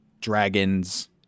dragons